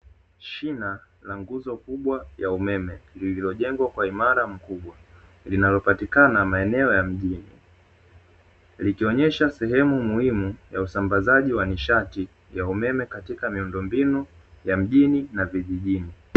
Shina la nguzo kubwa ya umeme, lililojengwa kwa uimara mkubwa linalopatikana maeneo ya mjini. Likionyesha sehemu muhimu ya usambazaji wa nishati ya umeme katika miundombinu ya mjini na viijijini.